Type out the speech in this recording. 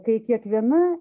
kai kiekviena